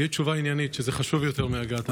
תהיה תשובה עניינית, זה חשוב יותר מהגעת השר.